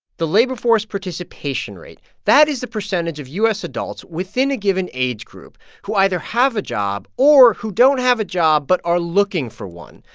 the labor force participation rate that is the percentage of u s. adults within a given age group who either have a job or who don't have a job but are looking for one.